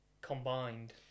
combined